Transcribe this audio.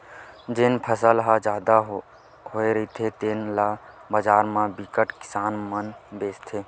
जेन फसल ह जादा होए रहिथे तेन ल बजार म बिकट किसान मन बेचथे